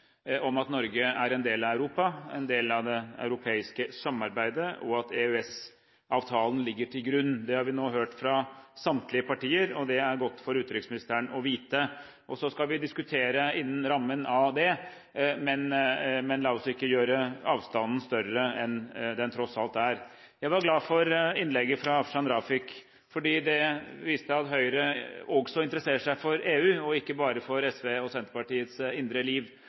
om at Norge er en del av Europa, en del av det europeiske samarbeidet, og at EØS-avtalen ligger til grunn. Det har vi nå hørt fra samtlige partier, og det er godt for utenriksministeren å vite. Så skal vi diskutere innen rammen av det, men la oss ikke gjøre avstanden større enn den tross alt er. Jeg var glad for innlegget fra Afshan Rafiq, fordi det viste at Høyre også interesserer seg for EU, og ikke bare for SVs og Senterpartiets indre liv.